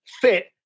fit